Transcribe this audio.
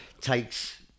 takes